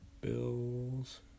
Bills